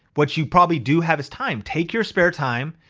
what you probably do have is time. take your spare time,